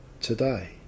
today